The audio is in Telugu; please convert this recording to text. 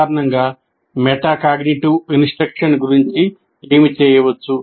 సాధారణంగా మెటాకాగ్నిటివ్ ఇన్స్ట్రక్షన్ గురించి ఏమి చేయవచ్చు